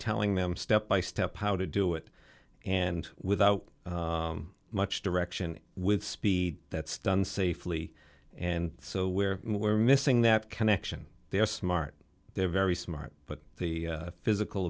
telling them step by step how to do it and without much direction with speed that's done safely and so where we're missing that connection they're smart they're very smart but the physical